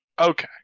okay